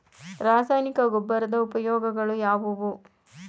ರಾಸಾಯನಿಕ ಗೊಬ್ಬರದ ಉಪಯೋಗಗಳು ಯಾವುವು?